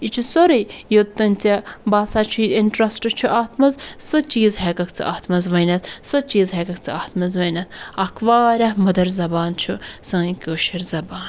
یہِ چھُ سورُے یوٚتام ژےٚ باسان چھُے اِنٛٹرٛسٹ چھُ اَتھ مَنٛز سُہ چیٖز ہٮ۪کَکھ ژٕ اَتھ مَنٛز ؤنِتھ سُہ چیٖز ہٮ۪کَکھ ژٕ اَتھ مَنٛز ؤنِتھ اکھ واریاہ مٔدٕر زَبان چھُ سٲنۍ کٲشٕر زَبان